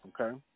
okay